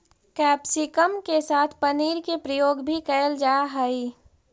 capsicum के साथ पनीर के प्रयोग भी कैल जा हइ